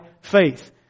faith